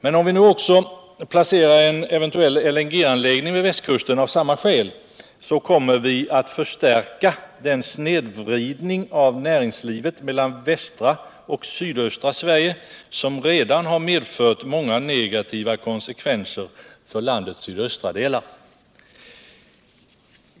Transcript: Men om vi nu också placerar en eventuell LNG-anläggning vid västkusten av samma skäl kommer vi att förstärka den snedvridning av näringslivet mellan västra och sydöstra Sverige som redan har medfört många negativa konsekvenser för de sydöstra delarna.